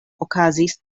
okazis